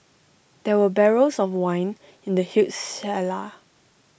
there were barrels of wine in the huge cellar